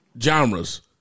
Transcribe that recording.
genres